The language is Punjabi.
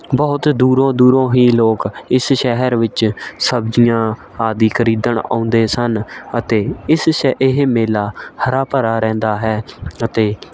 ਬਹੁਤ ਦੂਰੋਂ ਦੂਰੋਂ ਹੀ ਲੋਕ ਇਸ ਸ਼ਹਿਰ ਵਿੱਚ ਸਬਜ਼ੀਆਂ ਆਦਿ ਖਰੀਦਣ ਆਉਂਦੇ ਸਨ ਅਤੇ ਇਸ ਸ਼ਹਿ ਇਹ ਮੇਲਾ ਹਰਾ ਭਰਾ ਰਹਿੰਦਾ ਹੈ ਅਤੇ